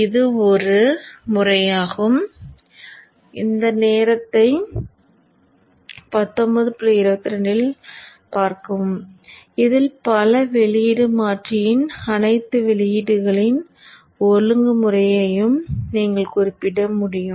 இது ஒரு முறையாகும் இதில் பல வெளியீடு மாற்றியின் அனைத்து வெளியீடுகளின் ஒழுங்குமுறையையும் நீங்கள் குறிப்பிட முடியும்